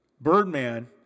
Birdman